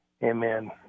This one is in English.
Amen